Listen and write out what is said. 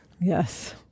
Yes